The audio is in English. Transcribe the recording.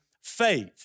faith